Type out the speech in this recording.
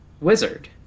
wizard